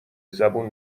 زبون